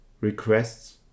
requests